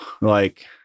Like-